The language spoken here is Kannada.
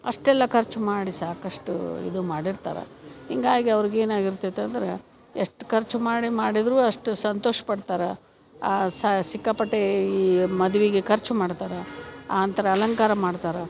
ಅಷ್ಟೆಲ್ಲ ಖರ್ಚು ಮಾಡಿ ಸಾಕಷ್ಟು ಇದು ಮಾಡಿರ್ತಾರೆ ಹಿಂಗಾಗಿ ಅವ್ರ್ಗೆ ಏನಾಗಿ ಇರ್ತೈತೆ ಅಂದ್ರೆ ಎಷ್ಟು ಖರ್ಚು ಮಾಡಿ ಮಾಡಿದರೂ ಅಷ್ಟು ಸಂತೋಷ್ಪಡ್ತಾರೆ ಆ ಸಿಕ್ಕಾಪಟ್ಟೆ ಈ ಮದ್ವೆಗೆ ಖರ್ಚು ಮಾಡ್ತಾರ ಆನಂತರ ಅಲಂಕಾರ ಮಾಡ್ತಾರೆ